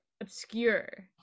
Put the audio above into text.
obscure